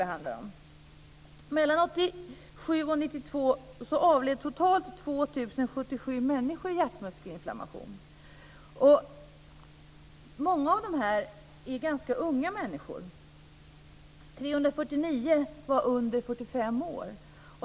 Mellan 1987 och 1992 avled totalt 2 077 människor i hjärtmuskelinflammation. Många av dem var ganska unga människor. 349 var under 45 år.